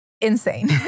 insane